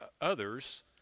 others